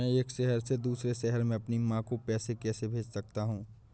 मैं एक शहर से दूसरे शहर में अपनी माँ को पैसे कैसे भेज सकता हूँ?